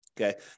Okay